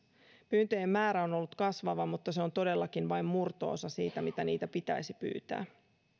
pyyntöjen määrä on ollut kasvava mutta se on todellakin vain murto osa siitä mitä niitä pitäisi pyytää